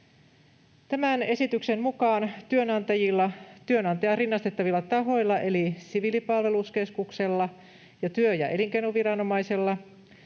Tämän lakiesityksen mukaan työnantajilla, työnantajaan rinnastettavilla tahoilla eli siviilipalveluskeskuksella ja työ- ja elinkeinoviranomaisella,